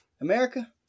America